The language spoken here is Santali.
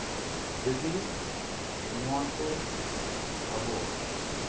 ᱡᱩᱫᱤ ᱱᱚᱶᱟ ᱠᱚ ᱟᱵᱚ